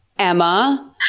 Emma